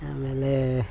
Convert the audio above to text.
ಆಮೇಲೆ